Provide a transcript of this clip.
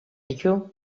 ditu